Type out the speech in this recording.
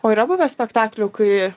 o yra buvę spektaklių kai